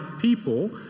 people